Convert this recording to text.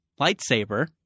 lightsaber